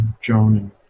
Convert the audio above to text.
Joan